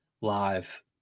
live